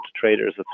traders